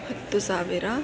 ಹತ್ತು ಸಾವಿರ